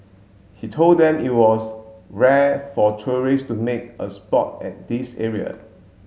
he told them it was rare for tourists to make a spot at this area